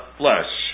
flesh